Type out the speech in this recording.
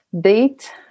date